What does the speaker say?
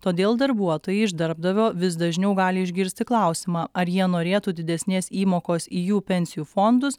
todėl darbuotojai iš darbdavio vis dažniau gali išgirsti klausimą ar jie norėtų didesnės įmokos į jų pensijų fondus